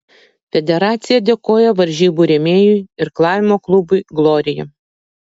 federacija dėkoja varžybų rėmėjui irklavimo klubui glorija